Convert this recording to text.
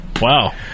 wow